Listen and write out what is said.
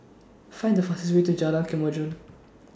Find The fastest Way to Jalan Kemajuan